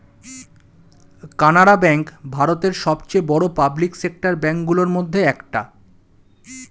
Canara bank ভারতের সবচেয়ে বড় পাবলিক সেক্টর ব্যাঙ্ক গুলোর মধ্যে একটা